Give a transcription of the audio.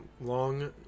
long